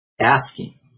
Asking